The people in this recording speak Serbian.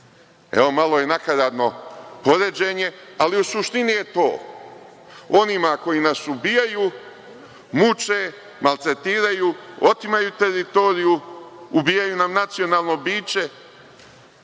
Evo malo i nakaradno poređenje, ali u suštini je to. Onima koji nas ubijaju, muče, maltretiraju, otimaju teritoriju, ubijaju nam nacionalno biće,